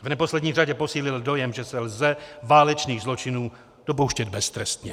V neposlední řadě posílil dojem, že se lze válečných zločinů dopouštět beztrestně.